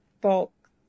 bulk